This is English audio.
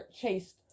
chased